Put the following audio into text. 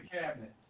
cabinet